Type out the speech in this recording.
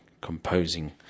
composing